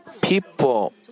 People